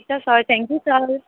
हुन्छ sir thank you sir